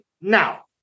now